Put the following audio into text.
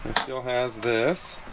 still has this